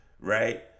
right